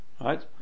right